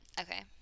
Okay